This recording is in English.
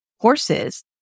Horses